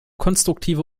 konstruktive